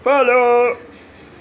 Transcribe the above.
follow